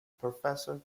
professor